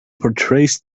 portrays